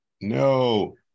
No